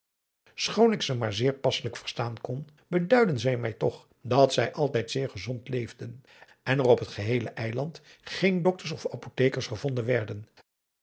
schoon ik ze maar zeer passelijk verstaan kon beduidden zij mij toch dat zij altijd zeer gezond leefden en er op het geheele filand geen doctors of apothekers gevonden werden